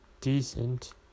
decent